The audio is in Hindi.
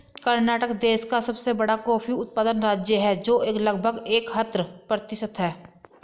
कर्नाटक देश का सबसे बड़ा कॉफी उत्पादन राज्य है, जो लगभग इकहत्तर प्रतिशत है